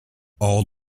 all